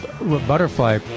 butterfly